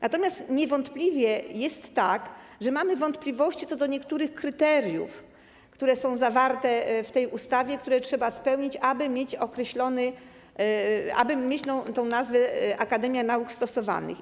Natomiast niewątpliwie jest tak, że mamy wątpliwości co do niektórych kryteriów, które są zawarte w tej ustawie, które trzeba spełnić, aby mieć tę nazwę: akademia nauk stosowanych.